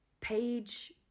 page